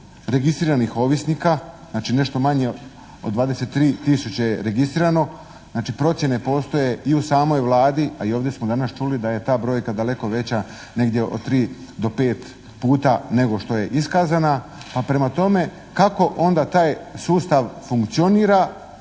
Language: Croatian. registriranih ovisnika, znači nešto manje od 23 tisuće registrirano, znači procjene postoje i u samoj Vladi, a i ovdje smo danas čuli da je ta brojka daleko veća negdje od tri do pet puta nego što je iskazana, a prema tome kako onda taj sustav funkcionira